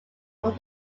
from